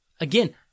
Again